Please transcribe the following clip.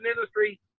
industry